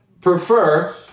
prefer